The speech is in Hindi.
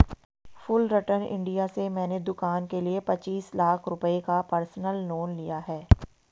फुलरटन इंडिया से मैंने दूकान के लिए पचीस लाख रुपये का पर्सनल लोन लिया है